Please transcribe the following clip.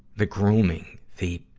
the grooming, the,